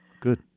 good